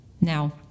Now